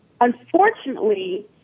unfortunately